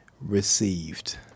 received